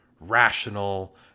rational